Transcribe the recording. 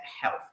health